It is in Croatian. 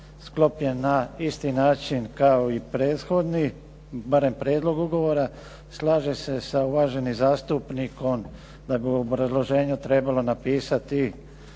sklopljen na isti način kao i prethodni, barem prijedlog ugovora. Slažem se sa uvaženim zastupnikom da bi u obrazloženju trebalo napisati